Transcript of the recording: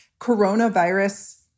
coronavirus